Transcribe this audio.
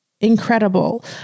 incredible